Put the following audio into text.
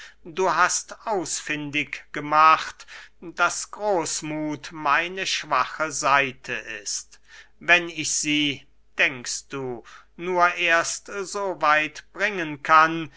du hast ausfindig gemacht daß großmuth meine schwache seite ist wenn ich sie denkst du nur erst so weit bringen kann